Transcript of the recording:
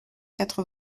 quatre